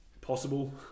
possible